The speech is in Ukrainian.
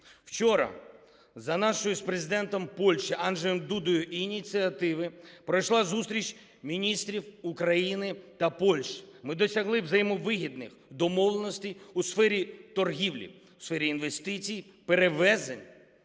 Вчора, за нашої з Президентом Польщі Анджеєм Дудою ініціативи, пройшла зустріч міністрів України та Польщі. Ми досягли взаємовигідних домовленостей у сфері торгівлі, у сфері інвестицій, перевезень,